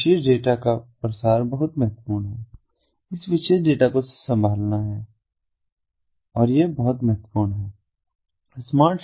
तो इस विशेष डेटा का प्रसार बहुत महत्वपूर्ण है इस विशेष डेटा को संभालना बहुत महत्वपूर्ण है